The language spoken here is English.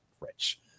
rich